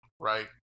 Right